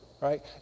right